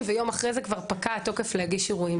ויום לאחר מכן כבר פקע התוקף להגיש אירועים,